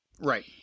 Right